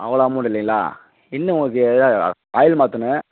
அவ்வளோ அமௌண்ட் இல்லைங்களா இன்னும் உங்களுக்கு எதுவும் ஆயில் மாற்றணும்